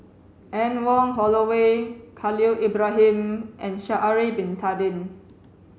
Anne Wong Holloway Khalil Ibrahim and Sha'ari bin Tadin